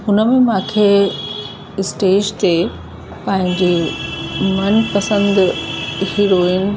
हुन में मांखे स्टेज ते पेहिंजे मनपसंद हीरोइन